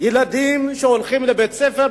ילדים שהולכים לבית-ספר,